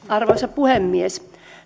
arvoisa puhemies